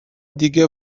دیگه